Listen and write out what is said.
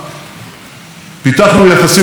אמריקה הלטינית ואוסטרליה,